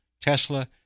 Tesla